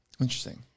Interesting